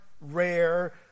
rare